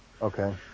Okay